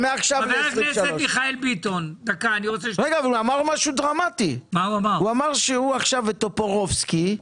הוא אמר משהו דרמטי שזה של טופורובסקי,